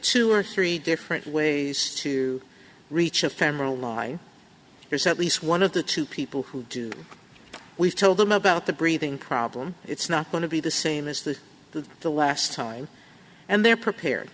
two or three different ways to reach ephemeral lie there's at least one of the two people who do we've told them about the breathing problem it's not going to be the same as the the last time and they're prepared